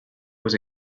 was